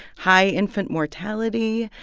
high infant mortality.